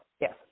Yes